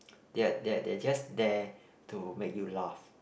that that that are just there to make you laugh